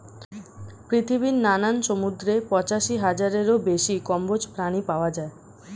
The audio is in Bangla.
পৃথিবীর নানান সমুদ্রে পঁচাশি হাজারেরও বেশি কম্বোজ প্রাণী পাওয়া যায়